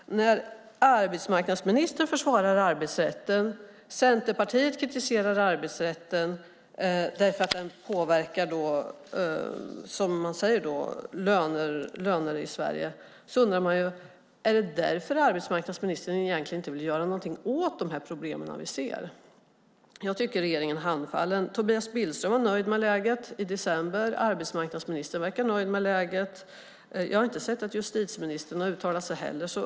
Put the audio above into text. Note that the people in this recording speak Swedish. När arbetsmarknadsministern försvarar arbetsrätten och Centerpartiet kritiserar arbetsrätten därför att den påverkar, som man säger, löner i Sverige undrar jag: Är det därför som arbetsmarknadsministern egentligen inte vill göra någonting åt de problem som vi ser? Jag tycker att regeringen är handfallen. Tobias Billström var nöjd med läget i december. Arbetsmarknadsministern verkar nöjd med läget. Jag har inte sett att justitieministern har uttalat sig.